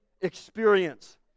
experience